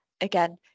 again